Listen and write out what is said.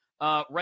right